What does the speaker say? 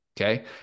Okay